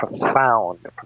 profound